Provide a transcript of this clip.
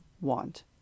want